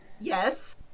Yes